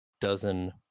dozen